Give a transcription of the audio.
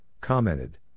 commented